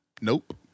nope